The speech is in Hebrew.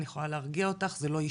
אני יכולה להרגיע אותך - זה לא אישי.